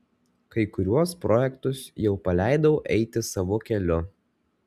kai kuriuos projektus jau paleidau eiti savo keliu